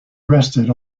rested